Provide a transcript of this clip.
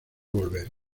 volver